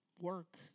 work